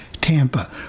tampa